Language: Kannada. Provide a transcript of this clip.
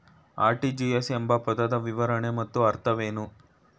ಆರ್.ಟಿ.ಜಿ.ಎಸ್ ಎಂಬ ಪದದ ವಿವರಣೆ ಮತ್ತು ಅರ್ಥವೇನು?